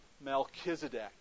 Melchizedek